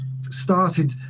started